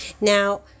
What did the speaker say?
Now